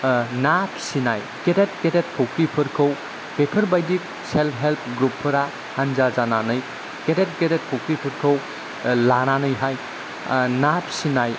ना फिसिनाय गेदेद गेदेद फुख्रिफोरखौ बेफोरबायदि सेल्फ हेल्प ग्रुपफोरा हानजा जानानै गेदेद गेदेद फुख्रिफोरखौ लानानैहाय ना फिसिनाय